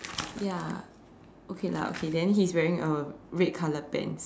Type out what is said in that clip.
ya okay lah okay then he is wearing a red colour pants